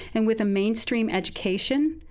and with a mainstream education,